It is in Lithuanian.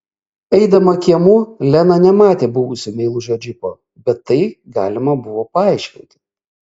eidama kiemu lena nematė buvusio meilužio džipo bet tai galima buvo paaiškinti